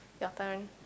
your turn